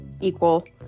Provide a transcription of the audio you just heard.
equal